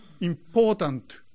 important